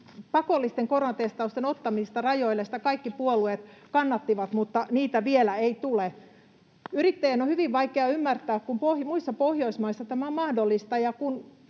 pakollisten koronatestausten ottamista rajoille, ja sitä kaikki puolueet kannattivat, mutta niitä vielä ei tule. Yrittäjien on hyvin vaikea ymmärtää tätä, kun muissa Pohjoismaissa tämä on mahdollista,